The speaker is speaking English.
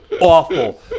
Awful